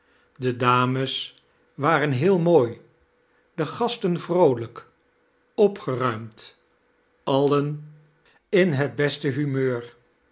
de dames waren heel mooi de gasten vroolijk opgeruimd alien in het beste humour